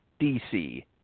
DC